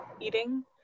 Eating